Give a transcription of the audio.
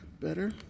Better